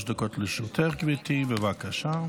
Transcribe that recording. שלוש דקות לרשותך, גברתי, בבקשה.